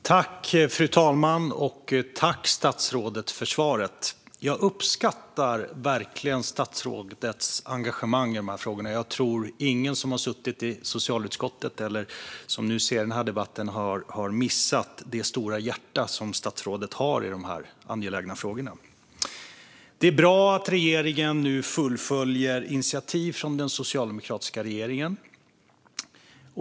Fru talman! Jag tackar statsrådet för svaret. Jag uppskattar verkligen statsrådets engagemang i de här frågorna. Jag tror inte att någon som har suttit i socialutskottet eller som nu ser den här debatten har missat det stora hjärta som statsrådet har i de här angelägna frågorna. Det är bra att regeringen nu fullföljer initiativ från den socialdemokratiska regeringen.